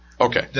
okay